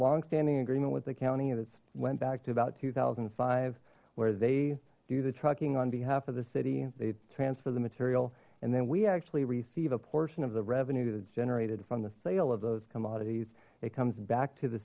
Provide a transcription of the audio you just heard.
long standing agreement with the county and it's went to about two thousand and five where they do the trucking on behalf of the city they transfer the material and then we actually receive a portion of the revenue that's generated from the sale of those commodities it comes back to the